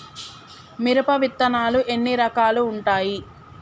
మిరప విత్తనాలు ఎన్ని రకాలు ఉంటాయి?